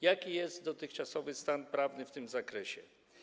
Jaki jest dotychczasowy stan prawny w tym zakresie?